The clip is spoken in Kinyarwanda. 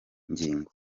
ngingo